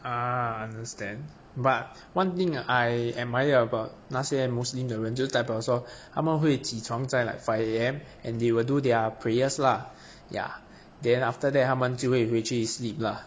ah understand but one thing I admire about 那些 muslim 的人就是代表说他们会起床在 like five A_M and they will do their prayers lah ya then after that 他们就会回去 sleep lah